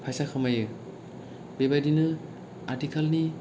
फायसा खामायो बेबायदिनो आथिखालनि